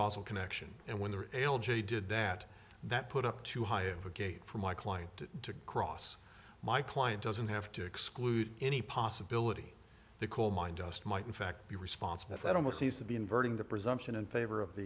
causal connection and when the rail gee did that that put up too high of a gate for my client to cross my client doesn't have to exclude any possibility the coal mine dust might in fact be responsible if i don't know seems to be inverting the presumption in favor of